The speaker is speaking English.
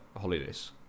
holidays